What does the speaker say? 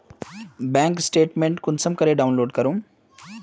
Bank statement कुंसम करे download करूम?